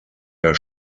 der